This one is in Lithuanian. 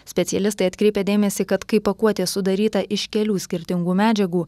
specialistai atkreipė dėmesį kad kai pakuotė sudaryta iš kelių skirtingų medžiagų